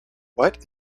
what